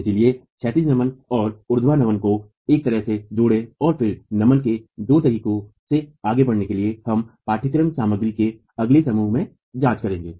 इसलिए क्षैतिज नमन और ऊर्ध्वाधर नमन को एक तरह से जोड़ें और फिर नमन के दो तरीके से आगे बढ़ने के लिए हम पाठ्यक्रम सामग्री के अगले समूह में जांच करेंगे